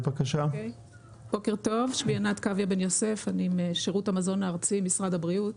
בוקר טוב, אני משירות המזון הארצי, משרד הבריאות.